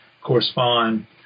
correspond